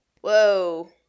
Whoa